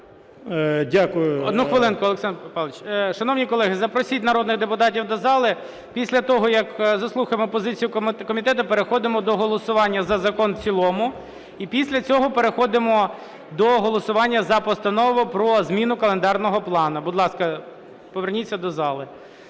Одну хвилинку, Олександр Павлович. Шановні колеги, запросіть народних депутатів до зали. Після того, як заслухаємо позицію комітету, переходимо до голосування за закон в цілому і після цього переходимо до голосування за Постанову про зміну календарного плану. Будь ласка, поверніться до зали.